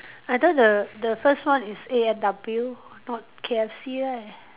I thought the the first one is A and W not K_F_C right